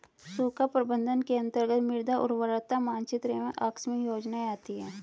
सूखा प्रबंधन के अंतर्गत मृदा उर्वरता मानचित्र एवं आकस्मिक योजनाएं आती है